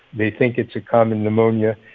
they think it's a common pneumonia,